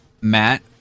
Matt